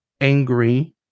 angry